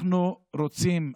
אנחנו רוצים,